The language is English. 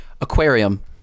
Aquarium